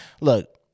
Look